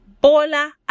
Bola